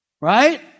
Right